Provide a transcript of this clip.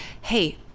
hey